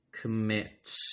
commit